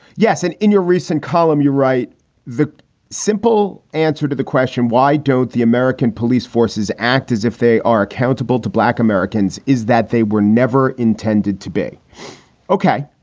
yes. and in your recent column, you write the simple answer to the question, why don't the american police forces act as if they are accountable to black americans? is that they were never intended to be ok.